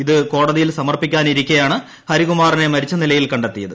ഇത് കോടതിയിൽ സമർപ്പിക്കാനിരിക്കേയാണ് ഹരികുമാറിനെ മരിച്ച നിലയിൽ കണ്ടെത്തിയത്